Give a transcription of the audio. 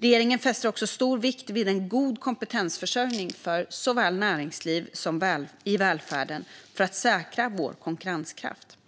Regeringen fäster stor vikt vid en god kompetensförsörjning såväl för näringslivet som i välfärden för att säkra vår konkurrenskraft.